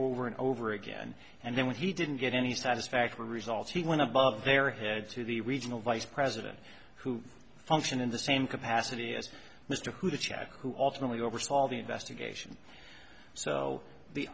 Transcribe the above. over and over again and then when he didn't get any satisfactory results he went above their head to the regional vice president who function in the same capacity as mr hu to check who ultimately oversee all the investigation so the